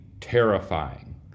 terrifying